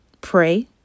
pray